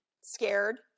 scared